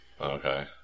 Okay